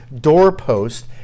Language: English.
doorpost